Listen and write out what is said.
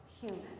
human